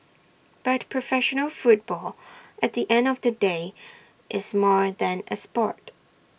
but professional football at the end of the day is more than A Sport